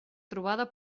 trobada